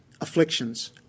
afflictions